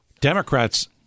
democrats